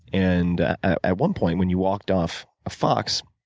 and at one point when you walked off of fox,